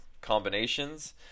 combinations